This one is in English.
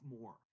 more